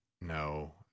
No